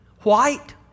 white